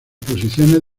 posiciones